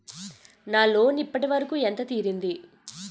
నా లోన్ ఇప్పటి వరకూ ఎంత తీరింది?